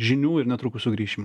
žinių ir netrukus sugrįšim